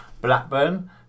Blackburn